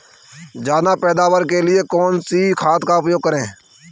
ज्यादा पैदावार के लिए कौन सी खाद का प्रयोग करें?